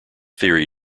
theory